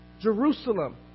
Jerusalem